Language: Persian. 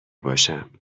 باشم